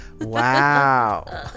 Wow